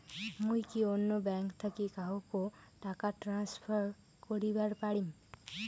মুই কি অন্য ব্যাঙ্ক থাকি কাহকো টাকা ট্রান্সফার করিবার পারিম?